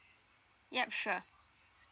yup sure